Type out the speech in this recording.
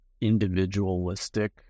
individualistic